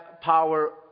power